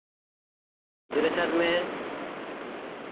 ᱡᱳᱨᱮ ᱥᱟᱦᱮᱸᱫ ᱢᱮ